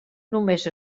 només